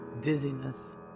dizziness